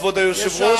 כבוד היושב-ראש,